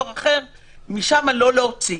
ואחר כך אמרנו שאם הוועדה לא החליטה,